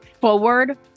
forward